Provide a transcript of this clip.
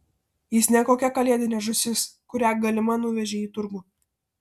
jis ne kokia kalėdinė žąsis kurią galima nuvežei į turgų